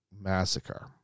massacre